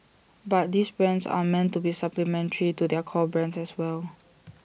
but these brands are meant to be supplementary to their core brands as well